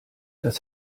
das